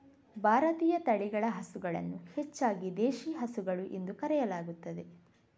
ಭಾರತೀಯ ತಳಿಗಳ ಹಸುಗಳನ್ನು ಹೆಚ್ಚಾಗಿ ದೇಶಿ ಹಸುಗಳು ಎಂದು ಕರೆಯಲಾಗುತ್ತದೆ